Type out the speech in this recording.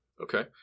Okay